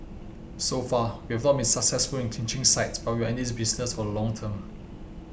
so far we have not been successful in clinching sites but we are in this business for the long term